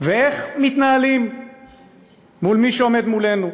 ואיך מתנהלים מול מי שעומד מולנו.